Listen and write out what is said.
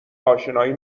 اشنایی